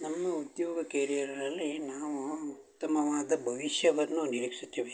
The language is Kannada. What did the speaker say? ನಮ್ಮ ಉದ್ಯೋಗ ಕೇರಿಯರಲ್ಲಿ ನಾವೂ ಉತ್ತಮವಾದ ಭವಿಷ್ಯವನ್ನು ನಿರೀಕ್ಷಿಸುತ್ತೇವೆ